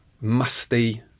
musty